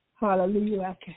Hallelujah